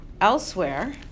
elsewhere